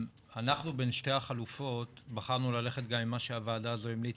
אנחנו בין שתי החלופות בחרנו ללכת עם מה שהוועדה הזו המליצה,